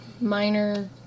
minor